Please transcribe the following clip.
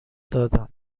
دادم